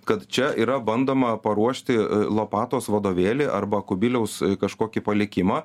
kad čia yra bandoma paruošti lopatos vadovėlį arba kubiliaus kažkokį palikimą